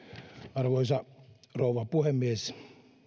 arvoisa rouva puhemies